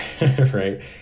right